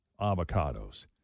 avocados